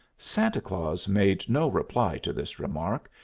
santa claus made no reply to this remark,